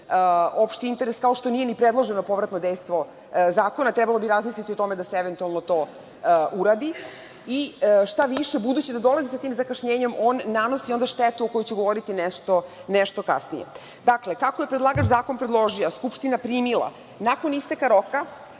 opšti interes, kao što nije ni predloženo povratno dejstvo zakona. Trebalo bi razmisliti o tome da se eventualno to uradi i šta više budući da dolazi sa tim zakašnjenjem on nanosi onda štetu o kojoj ću govoriti nešto kasnije. Dakle, kako je predlagač zakon predložio, a Skupština primila, nakon isteka roka